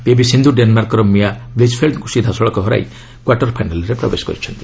PV Sindhu ଡେନ୍ମାର୍କର Mia ବ୍ଲିଚ୍ଫେଲ୍ଟଙ୍କୁ ସିଧାସଳଖ ହରାଇ କ୍ୱାର୍ଟର ଫାଇନାଲ୍ରେ ପ୍ରବେଶ କରିଛନ୍ତି